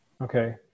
okay